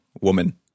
woman